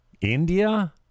India